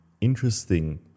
interesting